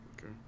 Okay